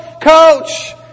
Coach